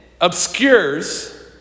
obscures